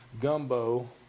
gumbo